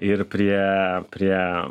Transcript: ir prie prie